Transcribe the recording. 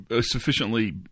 sufficiently